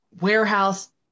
warehouse